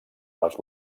les